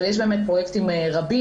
אבל יש גם עוד פרויקטים רבים.